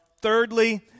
thirdly